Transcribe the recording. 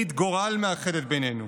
ברית גורל מאחדת בינינו.